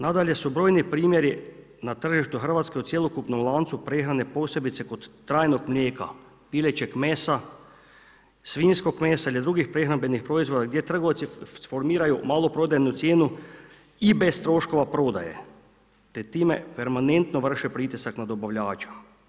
Nadalje, su brojni primjeri na tržištu Hrvatske o cjelokupnom lancu prehrane posebice kod trajnog mlijeka, pilećeg mesa, svinjskog mesa ili drugih prehrambenih proizvoda gdje trgovci formiraju maloprodajnu cijenu i bez troškova prodaje te time permanentno vrši pritisak na dobavljača.